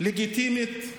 לגיטימית,